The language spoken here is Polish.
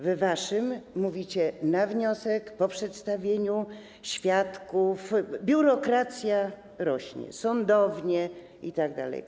W waszym mówicie: na wniosek, po przedstawieniu świadków - biurokracja rośnie - sądownie itd.